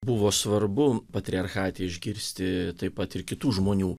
buvo svarbu patriarchate išgirsti taip pat ir kitų žmonių